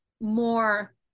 more